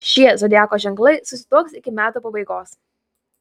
šie zodiako ženklai susituoks iki metų pabaigos